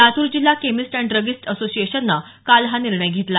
लातूर जिल्हा chemist and druggist असोसिएशननं काल हा निर्णय घेतला